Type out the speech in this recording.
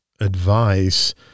advice